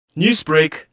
Newsbreak